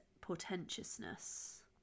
portentousness